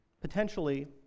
potentially